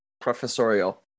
professorial